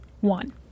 one